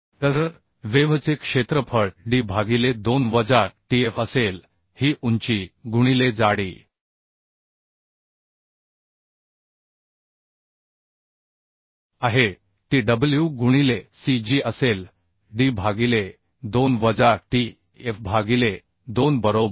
तर वेव्हचे क्षेत्रफळ d भागिले 2 वजा t f असेल ही उंची गुणिले जाडी आहे t डब्ल्यू गुणिले c जी असेल d भागिले 2 वजा t f भागिले 2 बरोबर